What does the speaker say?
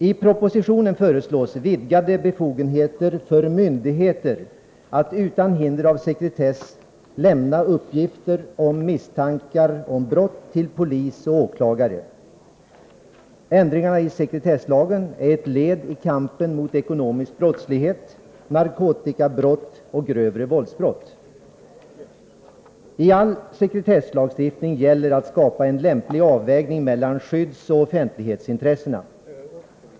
I propositionen föreslås vidgade befogenheter för myndigheter att utan hinder av sekretess lämna uppgifter om misstankar om brott till polis och åklagare. Ändringarna i sekretesslagen är ett led i kampen mot ekonomisk brottslighet, narkotikabrott och grövre våldsbrott. I all sekretesslagstiftning gäller att skapa en lämplig avvägning mellan skyddsoch offentlighetsintressena.